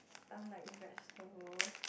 stunt like vegetable